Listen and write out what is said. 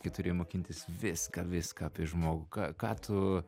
kai turi mokintis viską viską apie žmogų ką ką tu